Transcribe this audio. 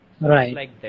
Right